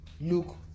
look